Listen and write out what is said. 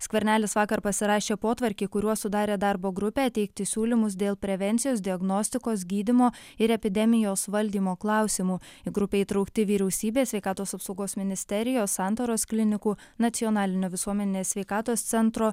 skvernelis vakar pasirašė potvarkį kuriuo sudarė darbo grupę teikti siūlymus dėl prevencijos diagnostikos gydymo ir epidemijos valdymo klausimų į grupę įtraukti vyriausybės sveikatos apsaugos ministerijos santaros klinikų nacionalinio visuomenės sveikatos centro